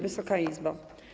Wysoka Izbo!